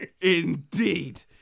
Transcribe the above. Indeed